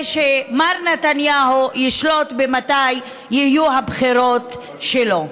שמר נתניהו ישלוט במתי יהיו הבחירות שלו.